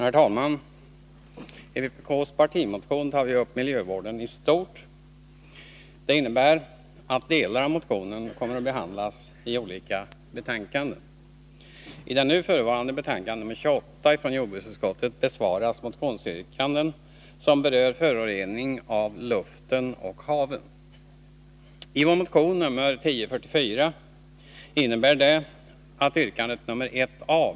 Herr talman! I vpk:s partimotion tar vi upp miljövården i stort. Det innebär att delar av motionen kommer att behandlas i olika betänkanden. I det nu förevarande betänkandet nr 28 från jordbruksutskottet besvaras motionsyrkanden som berör förorening av luften och haven. När det gäller vår motion nr 1044 besvaras yrkandet 1 a.